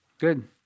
good